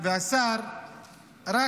השר רק